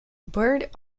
byrd